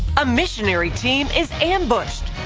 a missionary team is ambushed.